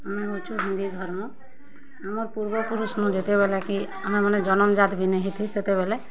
ଆମେ ହେଉଛୁଁ ହିନ୍ଦୁ ଧର୍ମ ଆମର୍ ପୂର୍ବପୁରୁଷ ଯେତେବେଲେ କି ଆମେମାନେ ଜନମ୍ ଜାତ୍ ବି ନେଇ ହେଇଥାଇ ସେତେବେଲେ